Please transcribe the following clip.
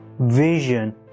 vision